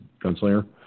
Gunslinger